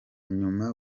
nyuma